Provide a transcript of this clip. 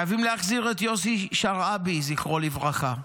חייבים להחזיר את יוסי שרעבי, זכרו לברכה,